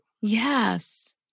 Yes